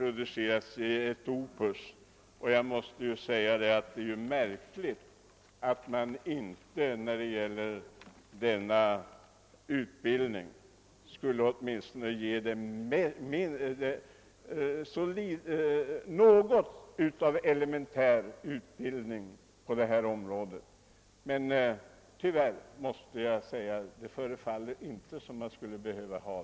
Efter att ha läst den insändaren måste jag säga att det är märkligt att det i lantmäteriutbildningen inte meddelas ens de elementäraste kunskaper på området. I varje fall förefaller det som om det inte förekommer.